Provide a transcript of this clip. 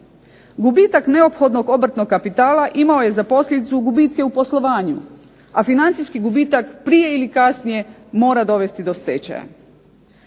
Gubitak neophodnog obrtnog kapitala imao je za posljedicu gubitke u poslovanju, a financijski gubitak prije ili kasnije mora dovesti do stečaja.